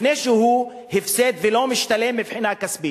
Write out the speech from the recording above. לפני שהוא הפסד ולא משתלם מבחינה כספית.